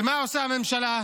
ומה עושה הממשלה?